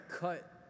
cut